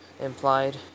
implied